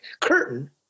curtain